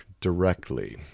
directly